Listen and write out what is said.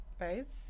right